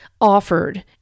offered